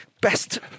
best